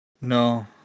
No